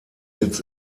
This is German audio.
sitz